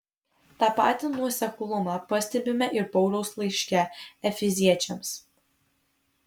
tą patį nuoseklumą pastebime ir pauliaus laiške efeziečiams